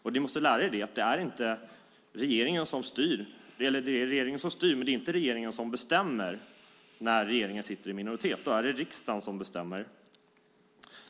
Ni måste lära er: Det är regeringen som styr, men det är inte regeringen som bestämmer, när nu regeringen är i minoritet, utan då är det riksdagen som bestämmer.